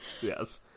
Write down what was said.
Yes